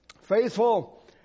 Faithful